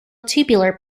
tubular